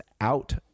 out